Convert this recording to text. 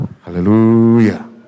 Hallelujah